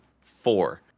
four